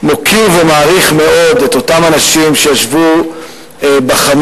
מוקיר ומעריך מאוד את אותם אנשים שישבו בחמ"ל,